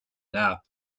nap